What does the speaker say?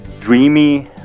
dreamy